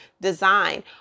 design